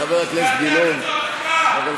ואתה,